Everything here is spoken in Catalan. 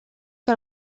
que